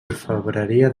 orfebreria